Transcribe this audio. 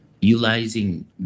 Utilizing